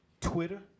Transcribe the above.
Twitter